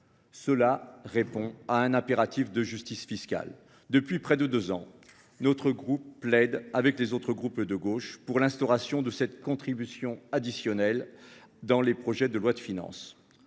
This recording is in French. répond à un impératif de justice fiscale. Depuis près de deux ans, notre groupe plaide, avec les autres groupes de gauche, pour l’instauration de cette contribution additionnelle dans les projets de loi de finances.